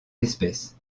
espèces